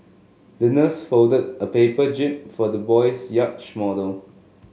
the nurse folded a paper jib for the little boys yacht model